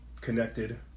connected